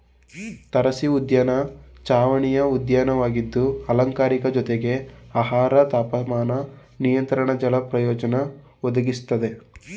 ತಾರಸಿಉದ್ಯಾನ ಚಾವಣಿಯ ಉದ್ಯಾನವಾಗಿದ್ದು ಅಲಂಕಾರಿಕ ಜೊತೆಗೆ ಆಹಾರ ತಾಪಮಾನ ನಿಯಂತ್ರಣ ಜಲ ಪ್ರಯೋಜನ ಒದಗಿಸ್ತದೆ